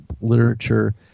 literature